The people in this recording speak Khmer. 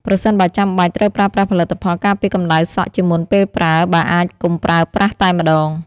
ប្រសិនបើចាំបាច់ ត្រូវប្រើប្រាស់ផលិតផលការពារកម្ដៅសក់ជាមុនពេលប្រើ បើអាចកុំប្រើប្រាស់តែម្តង ។